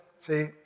See